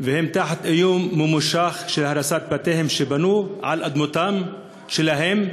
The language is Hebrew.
והם תחת איום ממושך של הריסת בתיהם שבנו על אדמותיהם שלהם,